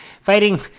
fighting